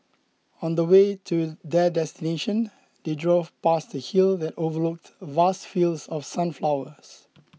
on the way to their destination they drove past a hill that overlooked vast fields of sunflowers